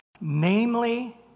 namely